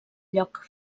lloc